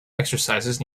exercises